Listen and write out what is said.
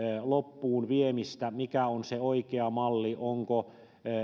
loppuun viemistä mikä on se oikea malli onko